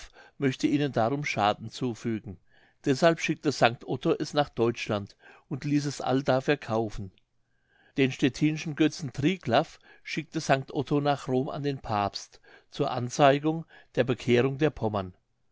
möchte ihnen darum schaden zufügen deshalb schickte st otto es nach deutschland und ließ es allda verkaufen den stettinschen götzen triglaf schickte st otto nach rom an den papst zur anzeigung der bekehrung der pommern